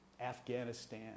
Afghanistan